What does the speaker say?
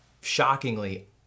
shockingly